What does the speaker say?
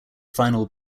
final